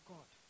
God